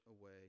away